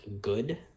good